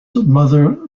mother